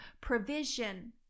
provision